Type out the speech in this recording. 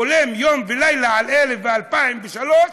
חולם יום ולילה על 1000 ו-2000 ו-3000,